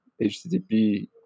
HTTP